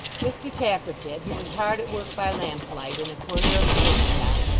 mr tappertit, who was hard at work by lamplight, in a corner of the workshop,